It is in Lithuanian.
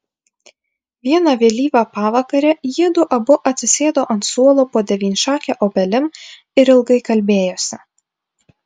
vieną vėlyvą pavakarę jiedu abu atsisėdo ant suolo po devynšake obelim ir ilgai kalbėjosi